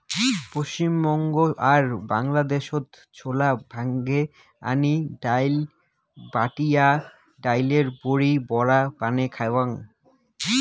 পশ্চিমবঙ্গ আর বাংলাদ্যাশত ছোলাক ভাঙে আনি ডাইল, বাটিয়া ডাইলের বড়ি ও বড়া বানেয়া খাওয়াং